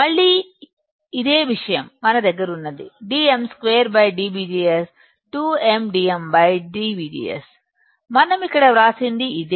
మళ్ళీ ఇదే విషయం మన దగ్గర ఉన్నది dm2 dVGS 2mdmdVGS మనం ఇక్కడ వ్రాసినది ఇదే